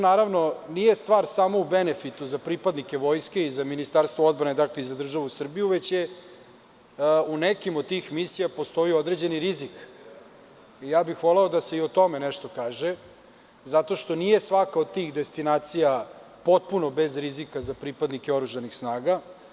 Naravno, tu nije stvar samo u benefitu za pripadnike vojske i za Ministarstvo odbrane, za državu Srbiju, već u nekim od tih misija postoji određeni rizik i voleo bih i o tome da se kaže nešto, zato što nije svaka od tih destinacija potpuno bez rizika za pripadnike oružanih snaga.